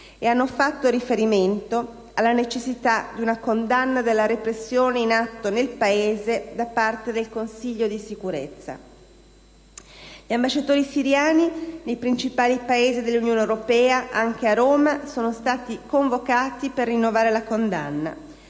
e ha fatto riferimento alla necessità di una condanna della repressione in atto nel Paese da parte del Consiglio di Sicurezza. Gli ambasciatori siriani nei principali Paesi dell'Unione europea, anche a Roma, sono stati convocati per rinnovare la condanna.